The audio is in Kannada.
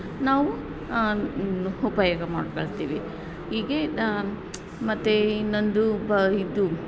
ನಾವು ಉಹುಪಯೋಗ ಮಾಡಿಕೊಳ್ತೀವಿ ಹೀಗೆ ಮತ್ತು ಇನ್ನೊಂದು ಪ ಇದು